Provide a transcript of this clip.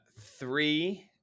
three